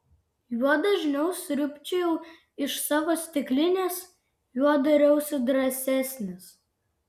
juo dažniau sriubčiojau iš savo stiklinės juo dariausi drąsesnis